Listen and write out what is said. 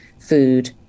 food